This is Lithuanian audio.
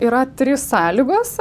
yra trys sąlygos